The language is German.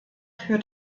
für